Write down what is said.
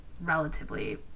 relatively